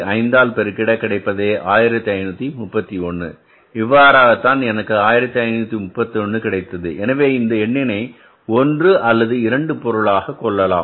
5 ஆல் பெருகிட கிடைப்பதே 1531 இவ்வாறாகத் தான் எனக்கு 1531 கிடைத்தது எனவே இந்த எண்ணினை ஒன்று அல்லது 2 பொருளாக கொள்ளலாம்